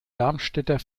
darmstädter